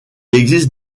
existe